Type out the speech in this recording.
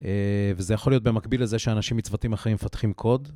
וזה יכול להיות במקביל לזה שאנשים מצוותים אחרים מפתחים קוד